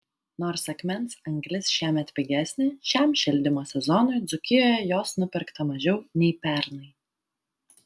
nors akmens anglis šiemet pigesnė šiam šildymo sezonui dzūkijoje jos nupirkta mažiau nei pernai